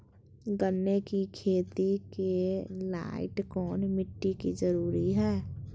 गन्ने की खेती के लाइट कौन मिट्टी की जरूरत है?